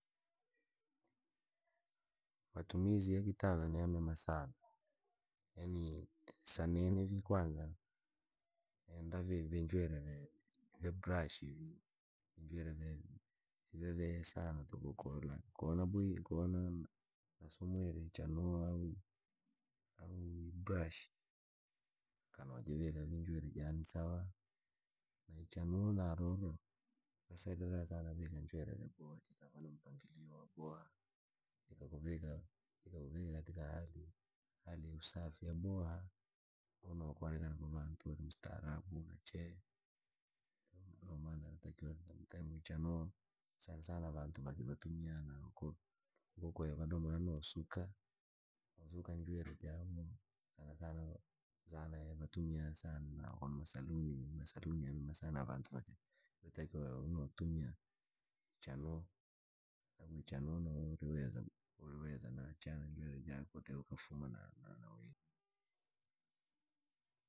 Matumizi ya kitanda ni yamema sana. Yaani sa nini nenda sana njwire ja ve brashi. Vunjwirwe vywe si vyavika sanankano. Ko nasumwire ichanuo au- au brashi nkonojivika vii njwire jaane sawa. Na ichanuo noo roro rasaidira sana vika njwire jikava na mpangilio waboha. Ikakuvika hali ya usafi vyaboha. Unokoonekana kwa vantu mstaatabunachoo. Ichanuo sanasana vantuvaki uko kwe va doma noo suuka njwire jaavo sanasana masaluni ya vantu yuki venda sana tumia ichanuo, yatakiwa unatumia ichanuo re uriweza fuma da na werwi.